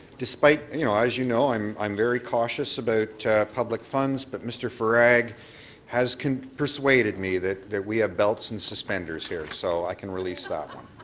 despite you know as you know, i'm i'm very cautious about public funds but mr. farag has persuaded me that that we have belts and suspenders here so i can release that one.